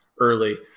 early